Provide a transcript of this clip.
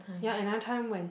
ya another time when